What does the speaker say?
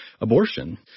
abortion